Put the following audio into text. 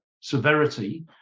severity